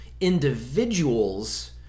individuals